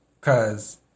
Cause